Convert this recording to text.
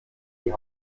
die